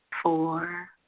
four,